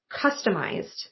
customized